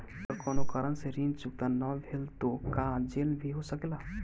अगर कौनो कारण से ऋण चुकता न भेल तो का जेल भी हो सकेला?